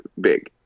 big